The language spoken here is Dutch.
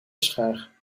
schaar